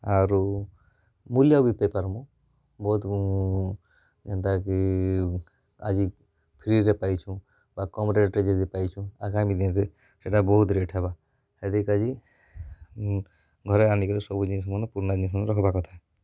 ଆରୁ ବୁଲିବାକୁ ବି ପାଇଁପାରୁବୁ ବହୁତ ଯେନ୍ତାକି ଆଜି ଫ୍ରିରେ ପାଇଛୁ ବା କମ୍ ରେଟ୍ରେ ଯଦି ପାଇଛୁ ଆଗାମୀ ଦିନରେ ସେଇଟା ବହୁତ ରେଟ୍ ହେବା ଘରେ ଆଣିକିରି ସବୁ ଜିନିଷ୍ମାନ ପୁରୁନା ଜିନିଷ୍ ରଖିବା କଥା